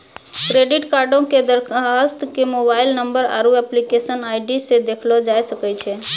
credit कार्डो के दरखास्त के मोबाइल नंबर आरु एप्लीकेशन आई.डी से देखलो जाय सकै छै